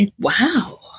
Wow